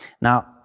Now